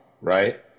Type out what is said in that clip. right